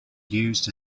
used